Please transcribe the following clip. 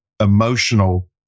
emotional